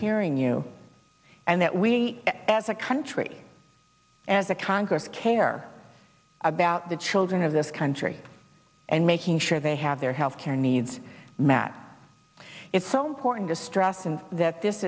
hearing you and that we as a country as a congress care about the children of this country and making sure they have their health care needs met it's so important to stress and that this